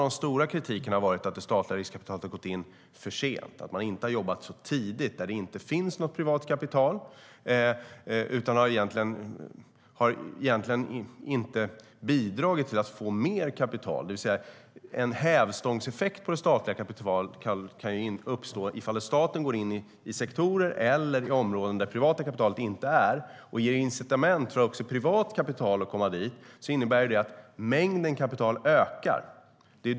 En stor kritik har varit att det statliga riskkapitalet har gått in för sent, att man inte har jobbat tidigt där det inte finns något privat kapital och egentligen inte har bidragit till att få mer kapital. En hävstångseffekt på det statliga kapitalet kan ju uppstå ifall staten går in i sektorer eller områden där det privata kapitalet inte finns och ger incitament för privat kapital att komma dit. Då ökar mängden kapital.